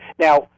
Now